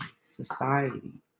society